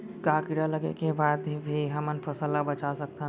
का कीड़ा लगे के बाद भी हमन फसल ल बचा सकथन?